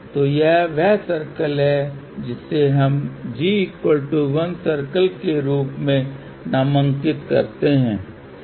तो यह वह सर्कल है जिसे हम g 1 सर्कल के रूप में नामाकित करते हैं